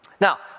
Now